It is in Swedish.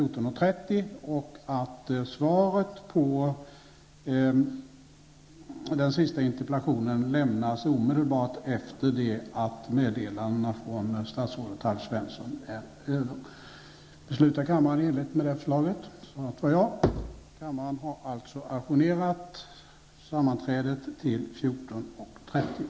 14.30 och att svaret på den sista interpellationen lämnas omedelbart efter det att statsrådet Alf Svensson har lämnat de aviserade meddelandena.